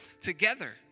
together